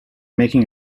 making